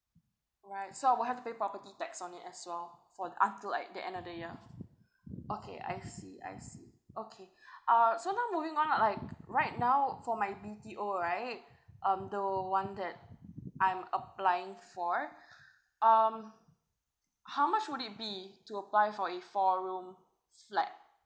right so I will have to pay property tax on it as well for until like the end of the year okay I see I see okay uh so now moving on to like right now for my B_T_O right um the [one] that I'm applying for um how much would it be to apply for a four room flat